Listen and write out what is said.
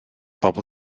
bobl